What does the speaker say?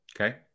Okay